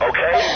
Okay